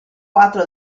quattro